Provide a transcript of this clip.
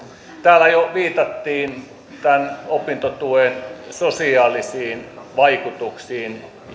täällä jo viitattiin opintotuen sosiaalisiin vaikutuksiin